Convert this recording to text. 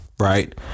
Right